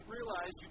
realize